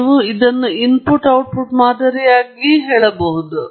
ನೀವು ಇದನ್ನು input output ಮಾದರಿಯಾಗಿ ಕರೆ ಮಾಡಬಹುದು